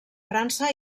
frança